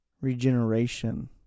regeneration